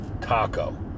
taco